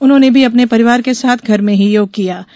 उन्होंने भी अपने परिवार के साथ घर में ही योग कियाँ